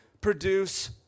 produce